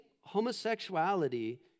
homosexuality